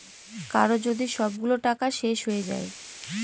কারো যদি সবগুলো টাকা শেষ হয়ে যায়